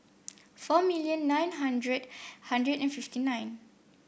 four million nine hundred hundred and fifty nine